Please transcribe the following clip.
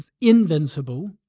invincible